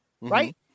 right